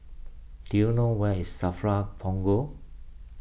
do you know where is Safra Punggol